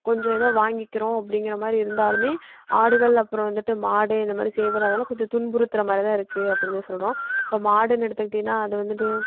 கொஞ்சம் எதோ வாங்கிக்கிறோம் அப்படிங்கிற மாதிரி இருந்தாலுமே ஆடுகள் அப்புறம் வந்துட்டு மாடு இந்த மாதிரி செய்வதால் கொஞ்சம் துன்புறுத்துகிற மாதிரிதான் இருக்குது அப்படின்னு சொல்கிறோம் இப்போ மாடுன்னு எடுத்துக்கிட்டீன்னால் அது வந்துட்டு